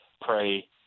pray